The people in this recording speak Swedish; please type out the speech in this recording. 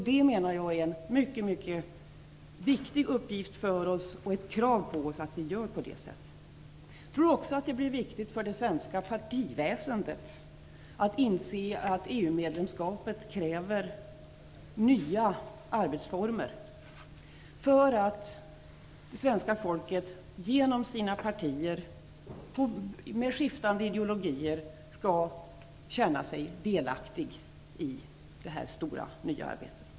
Det menar jag är en viktig uppgift för oss. Det är ett krav på oss att vi gör på det sättet. Det blir också viktigt för det svenska partiväsendet att inse att EU-medlemskapet kräver nya arbetsformer för att svenska folket genom sina partier med skiftande ideologier skall känna sig delaktigt i detta stora nya arbete.